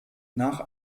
nach